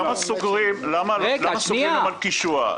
למה סוגרים את "מלכישוע"?